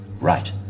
Right